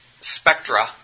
spectra